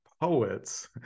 poets